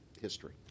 history